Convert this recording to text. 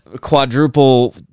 quadruple